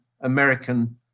American